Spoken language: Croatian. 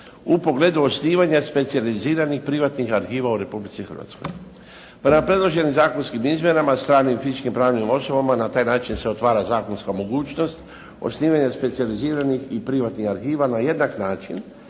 u pogledu osnivanja specijaliziranih, privatnih arhiva u Republici Hrvatskoj. Prema predloženim zakonskim izmjenama stranim i fizičkim pravnim osobama na taj način se otvara zakonska mogućnost osnivanja specijaliziranih i privatnih arhiva na jednak način